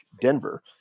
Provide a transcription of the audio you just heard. denver